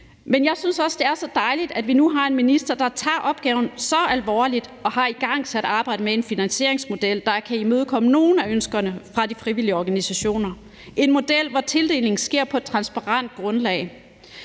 Men jeg synes også, det er så dejligt, at vi nu har en minister, der tager opgaven så alvorligt og har igangsat arbejdet med en finansieringsmodel, der kan imødekomme nogle af ønskerne fra de frivillige organisationer, en model, hvor tildelingen sker på et transparent grundlag.